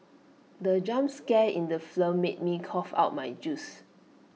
the jump scare in the flow made me cough out my juice